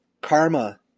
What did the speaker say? karma